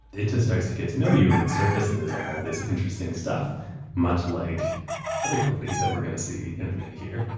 it just starts to get to know you and it surfaces all this interesting stuff much like other companies that we're going to see in a minute here.